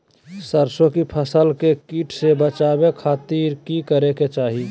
सरसों की फसल के कीट से बचावे खातिर की करे के चाही?